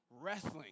wrestling